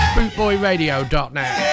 Bootboyradio.net